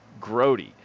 Grody